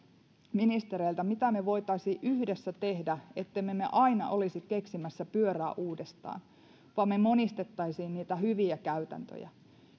ministereiltä mitä me voisimme yhdessä tehdä ettemme aina olisi keksimässä pyörää uudestaan vaan me monistaisimme niitä hyviä käytäntöjä